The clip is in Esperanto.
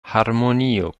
harmonio